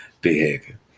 behavior